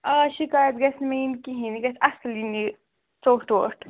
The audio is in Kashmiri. آ شِکایت گژھِ نہٕ مےٚ یِنۍ کِہیٖنۍ یہِ گژھِ اَصلی یِن ژوٚٹھ وُٹھ